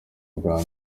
bwa